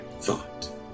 thought